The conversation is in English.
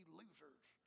losers